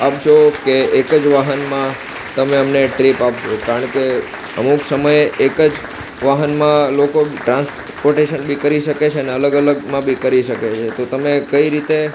આપશો કે એક જ વાહનમાં તમે અમને ટ્રીપ આપશો કારણ કે અમુક સમયે એક જ વાહનમાં લોકો ટ્રાન્સપોટેશન બી કરી શકે છે અને અલગ અલગ માંબી કરી શકે છે તો તમે કઈ રીતે